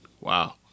Wow